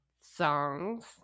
songs